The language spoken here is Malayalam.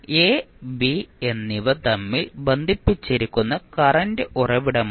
a b എന്നിവ തമ്മിൽ ബന്ധിപ്പിച്ചിരിക്കുന്ന കറന്റ് ഉറവിടമാണ്